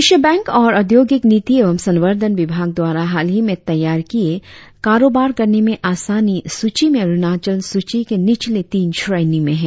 विश्व बैंक और उद्योगिक नीति एवं संर्वधन विभाग द्वारा हाल ही में तैयार किए कारोबार करने में आसानी सूची में अरुणाचल सूची के निचले तीन श्रेणी में है